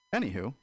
Anywho